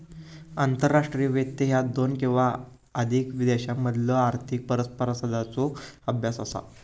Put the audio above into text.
आंतरराष्ट्रीय वित्त ह्या दोन किंवा अधिक देशांमधलो आर्थिक परस्परसंवादाचो अभ्यास असा